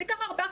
זה ייקח ארבעה,